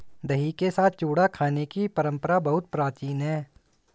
दही के साथ चूड़ा खाने की परंपरा बहुत प्राचीन है